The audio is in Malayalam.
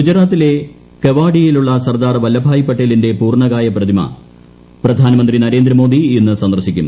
ഗുജറാത്തിലെ കെവാഡിയയിലുള്ള സർദാർ വല്ലഭായ് പട്ടേലിന്റെ പൂർണ്ണകായപ്രതിമ പ്രധാനമന്ത്രി നരേന്ദ്രമോദി ഇന്ന് സന്ദർശിക്കും